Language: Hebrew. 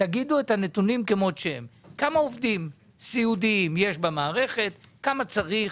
תגידו כמה עובדים סיעודיים יש במערכת, כמה צריך,